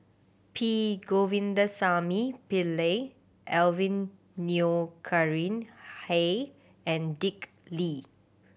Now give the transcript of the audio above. P Govindasamy Pillai Alvin Yeo Khirn Hai and Dick Lee